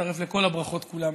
מצטרף לכל הברכות כולן.